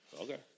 Okay